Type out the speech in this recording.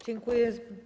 Dziękuję.